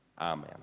Amen